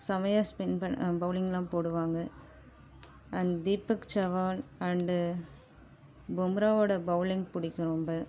செம்மயா ஸ்பின் பண் பௌலிங்லாம் போடுவாங்கள் அண்ட் தீபக் சவால் அண்டு பொம்ராவோட பௌலிங் பிடிக்கும் ரொம்ப